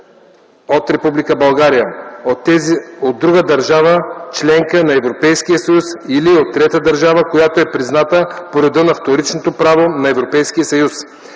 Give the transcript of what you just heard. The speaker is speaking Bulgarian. от Република България, от друга държава - членка на Европейския съюз, или от трета държава, която е призната по реда на вторичното право на Европейския съюз.